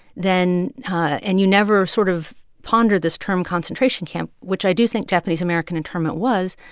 then and you never sort of pondered this term, concentration camp, which i do think japanese american internment was,